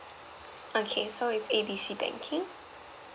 okay so is A B C banking